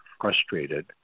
frustrated